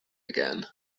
again